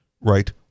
right